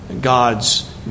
God's